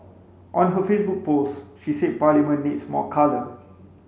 on her Facebook post she said Parliament needs more colour